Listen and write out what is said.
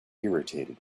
irritated